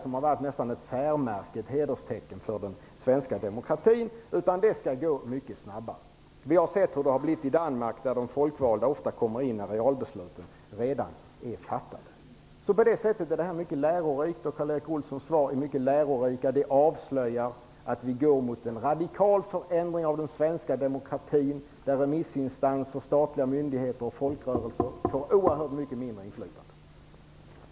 Den har nästan varit ett särmärke och ett hederstecken för den svenska demokratin. Det skall gå mycket snabbare. Vi har sett hur det har kommit att bli i Danmark där de folkvalda ofta kommer in när realbesluten redan är fattade. I det avseendet är Karl Erik Olssons svar mycket lärorika. De avslöjar att vi går mot en radikal förändring av den svenska demokratin. Remissinstanser, statliga myndigheter och folkrörelser kommer att få oerhört mycket mindre inflytande.